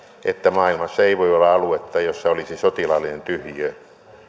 että maailmassa ei voi olla aluetta missä olisi sotilaallinen tyhjiö